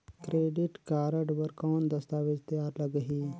Credit card बर कौन दस्तावेज तैयार लगही?